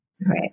Right